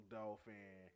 Dolphin